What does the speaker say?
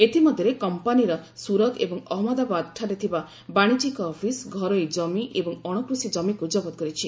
ଏଥିମଧ୍ୟରେ କମ୍ପାନୀର ସୁରତ ଏବଂ ଅହମ୍ମଦାବାଦଠାରେ ଥିବା ବାଶିଜ୍ୟିକ ଅଫିସ୍ ଘରୋଇ ଜମି ଏବଂ ଅଣକୃଷି ଜମିକୁ ଜବତ କରିଛି